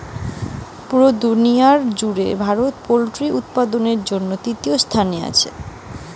পুরা দুনিয়ার জুড়ে ভারত পোল্ট্রি উৎপাদনের জন্যে তৃতীয় স্থানে আছে